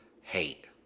hate